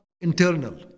internal